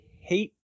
hate